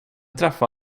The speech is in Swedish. träffa